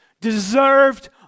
deserved